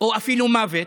או אפילו מוות,